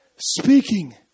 Speaking